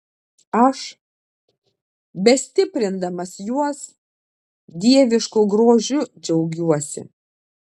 aš bestiprindamas juos dievišku grožiu džiaugiuosi